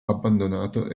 abbandonato